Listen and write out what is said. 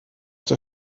der